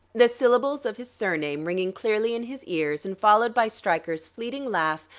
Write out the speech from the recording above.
the syllables of his surname ringing clearly in his ears and followed by stryker's fleeting laugh,